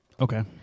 Okay